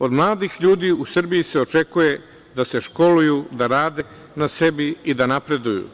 Od mladih ljudi u Srbiji se očekuje da se školuju, da rade na sebi i da napreduju.